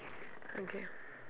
okay